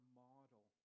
model